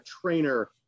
trainer